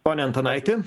pone antanaiti